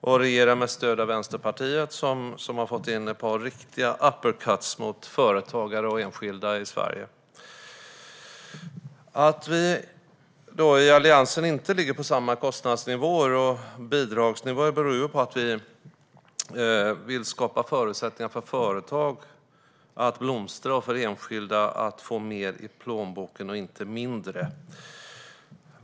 Och man regerar med stöd av Vänsterpartiet, som har fått in ett par riktiga uppercuts mot företagare och enskilda i Sverige. Alliansen ligger inte på samma kostnads och bidragsnivåer. Det beror på att vi vill skapa förutsättningar för företag att blomstra och för enskilda att få mer i plånboken, inte mindre.